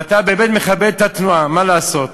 ואתה באמת מכבד את התנועה, מה לעשות.